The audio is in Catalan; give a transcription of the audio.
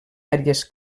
àrees